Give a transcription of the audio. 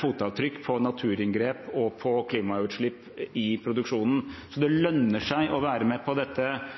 fotavtrykk på naturinngrep og klimautslipp i produksjonen. Det lønner seg å være med på